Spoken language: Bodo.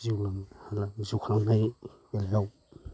जिउलां हाग्रा जिउ खांलांनाय बेलायाव